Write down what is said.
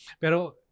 Pero